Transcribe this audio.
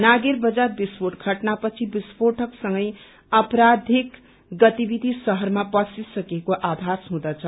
नागेर बजार विस्फोट घटना पछि विस्फोटकसँगै अपराधीक गतिविधि शहरमा पसिसकेको आभास हुदँछ